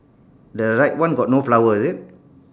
the right one got no flower is it